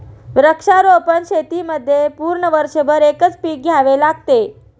वृक्षारोपण शेतीमध्ये पूर्ण वर्षभर एकच पीक घ्यावे लागते